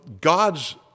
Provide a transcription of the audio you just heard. God's